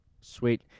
Sweet